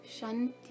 Shanti